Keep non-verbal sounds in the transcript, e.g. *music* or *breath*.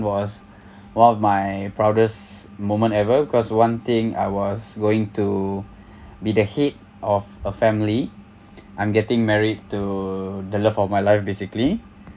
was *breath* one of my proudest moment ever because one thing I was going to *breath* be the head of a family *breath* I'm getting married to the love of my life basically